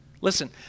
listen